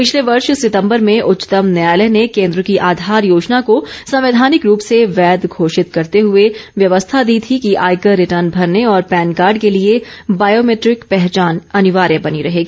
पिछले वर्ष सितंबर में उच्चतम न्यायालय ने केन्द्र की आधार योजना को संवैधानिक रूप से वैध घोषित करते हुए व्यवस्था दी थी कि आयकर रिटर्न भरने और पैन कार्ड के लिए बायोमेट्रिक पहचान अनिवार्य बनी रहेगी